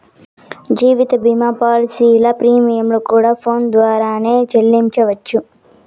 జీవిత భీమా పాలసీల ప్రీమియంలు కూడా ఫోన్ పే ద్వారానే సెల్లించవచ్చు